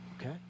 Okay